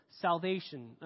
salvation